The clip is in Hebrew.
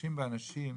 אנשים באנשים ייפגשו.